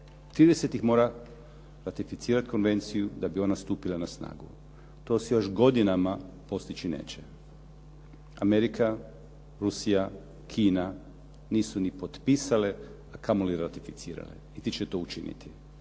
30 ih mora ratificirati konvenciju da bi ona stupila na snagu. To se još godinama postići neće. Amerika, Rusija, Kina nisu ni potpisale, a kamo li ratificirale niti će to učiniti.